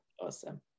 awesome